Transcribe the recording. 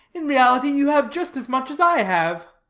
in reality you have just as much as i have.